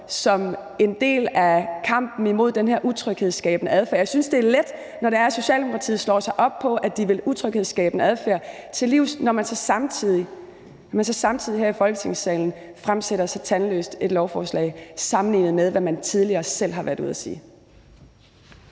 som en del af kampen imod den her utryghedsskabende adfærd. Jeg synes, det er let, når det er, at Socialdemokratiet slår sig op på, at de vil utryghedsskabende adfærd til livs, når man så samtidig her i Folketingssalen fremsætter så tandløst et lovforslag sammenlignet med, hvad man tidligere selv har været ude at sige.